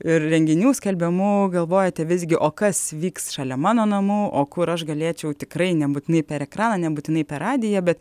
ir renginių skelbiamų galvojate visgi o kas vyks šalia mano namų o kur aš galėčiau tikrai nebūtinai per ekraną nebūtinai per radiją bet